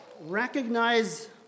Recognize